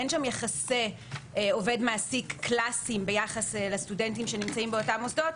אין שם יחסי עובד-מעסיק קלסי ביחס לסטודנטים שנמצאים באותם מוסדות,